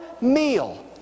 meal